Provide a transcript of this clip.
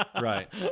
Right